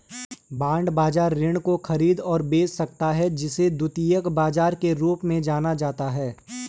bond बाजार ऋण को खरीद और बेच सकता है जिसे द्वितीयक बाजार के रूप में जाना जाता है